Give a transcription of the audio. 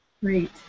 Great